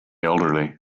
elderly